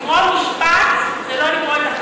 לקרוא משפט זה לא לקרוא את החלטת הוועדה.